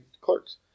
clerk's